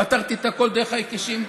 פתרתי הכול דרך ההיקשים.